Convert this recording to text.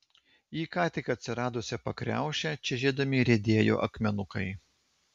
į ką tik atsiradusią pakriaušę čežėdami riedėjo akmenukai